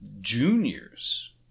juniors